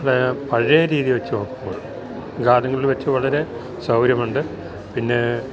പഴയ രീതി വെച്ച് നോക്കുമ്പോൾ ഗാർഡിങ്ങിൽ വെച്ച് വളരെ സൗര്യമുണ്ട് പിന്നേ